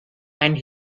and